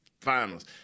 Finals